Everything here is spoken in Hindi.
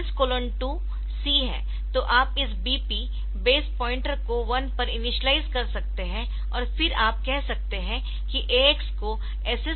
तो आप इस BP बेस पॉइंटर को 1 पर इनिशियलाइज़ कर सकते है और फिर आप कह सकते है कि AX को SS BP मिलता है